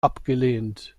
abgelehnt